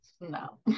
no